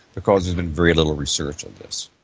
because there's been very little research on this.